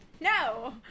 No